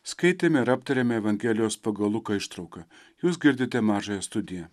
skaitėme ir aptarėme evangelijos pagal luką ištrauką jūs girdite mažąją studiją